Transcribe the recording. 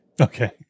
Okay